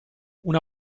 una